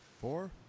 Four